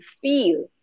feel